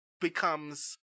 becomes